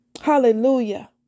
Hallelujah